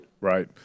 Right